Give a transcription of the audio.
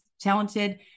talented